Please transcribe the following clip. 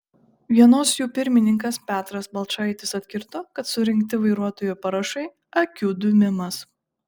vienos jų pirmininkas petras balčaitis atkirto kad surinkti vairuotojų parašai akių dūmimas